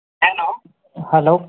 hello hello